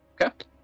Okay